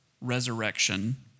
resurrection